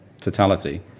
totality